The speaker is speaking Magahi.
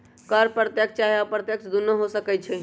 कर प्रत्यक्ष चाहे अप्रत्यक्ष दुन्नो हो सकइ छइ